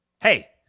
Hey